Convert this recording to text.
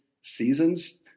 seasons